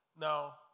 Now